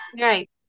right